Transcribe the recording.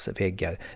väggar